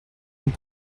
nous